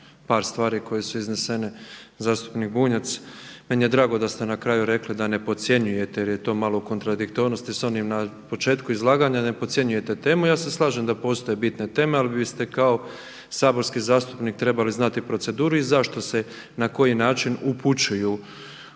par stvari koje su iznesene. Zastupnik Bunjac, meni je drago što ste na kraju rekli da ne podcjenjujete jer je to malo u kontradiktornosti s onim na početku izlaganja, ne podcjenjujete temu, ja se slažem da postoje bitne teme ali biste kao saborski zastupnik trebali znati proceduru i zašto se i na koji način upućuju